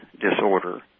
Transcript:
disorder